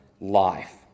life